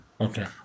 Okay